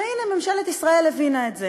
והנה, ממשלת ישראל הבינה את זה.